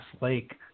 Lake